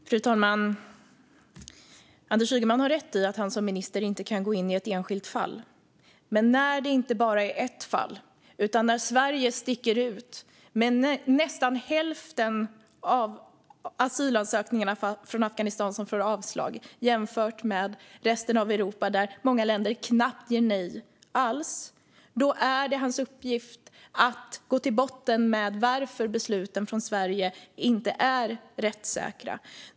Fru talman! Anders Ygeman har rätt i att han som minister inte kan gå in i ett enskilt fall. Men det är inte bara ett fall, utan Sverige sticker ut genom att ge avslag på nästan hälften av asylansökningarna från personer från Afghanistan. Det kan jämföras med resten av Europa, där många länder knappt ger nej alls. Då är det hans uppgift att gå till botten med varför besluten från Sverige inte är rättssäkra.